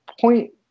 point